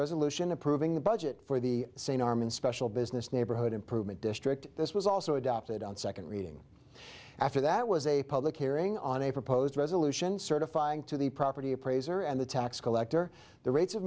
resolution approving the budget for the sane arm and special business neighborhood improvement district this was also adopted on second reading after that was a public hearing on a proposed resolution certifying to the property appraiser and the tax collector the rates of